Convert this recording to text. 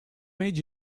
made